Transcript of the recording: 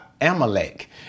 amalek